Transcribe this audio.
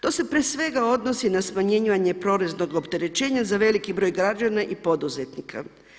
To se prije svega odnosi na smanjivanje poreznog opterećenja za velik broj građana i poduzetnika.